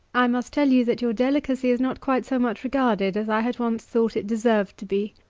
i must tell you, that your delicacy is not quite so much regarded as i had once thought it deserved to be.